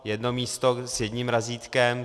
Jedno místo s jedním razítkem.